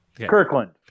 Kirkland